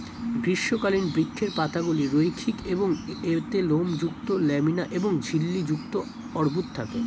গ্রীষ্মকালীন বৃক্ষের পাতাগুলি রৈখিক এবং এতে লোমযুক্ত ল্যামিনা এবং ঝিল্লি যুক্ত অর্বুদ থাকে